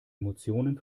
emotionen